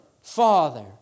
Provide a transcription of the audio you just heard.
Father